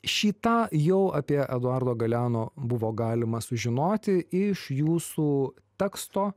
šį tą jau apie eduardo galeano buvo galima sužinoti iš jūsų teksto